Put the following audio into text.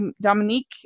Dominique